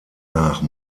nach